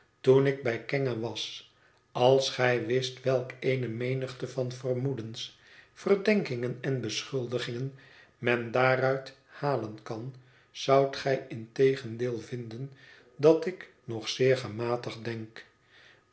toen ik bij kenge was als gij wist welk eene menigte van vermoedens verdenkingen en beschuldigingen men daaruit halen kan zoudt gij integendeel vinden dat ik nog zeer gematigd denk